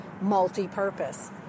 multi-purpose